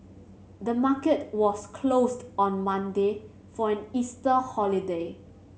the market was closed on Monday for an Easter holiday